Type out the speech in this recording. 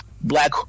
Black